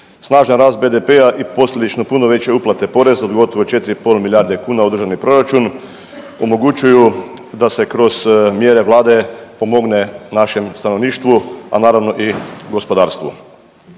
Snažan rast BDP-a i posljedično puno veće uplate poreze od gotovo 4,5 milijarde kuna u državni proračun omogućuju da se kroz mjere vlade pomogne našem stanovništvu, a naravno i gospodarstvu.